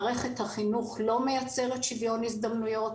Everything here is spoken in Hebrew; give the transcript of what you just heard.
מערכת החינוך לא מייצרת שוויון הזדמנויות,